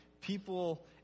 People